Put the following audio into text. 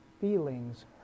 feelings